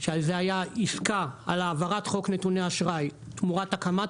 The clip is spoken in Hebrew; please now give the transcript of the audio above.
שזה היה עסקה על העברת חוק נתוני אשראי תמורת הקמת